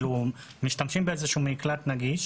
משתמשים באיזשהו מקלט נגיש.